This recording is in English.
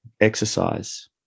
exercise